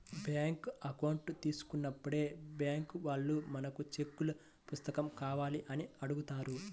bank account తీసుకున్నప్పుడే bank వాళ్ళు మనకు చెక్కుల పుస్తకం కావాలా అని అడుగుతారు